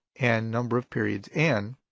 and number of periods, n,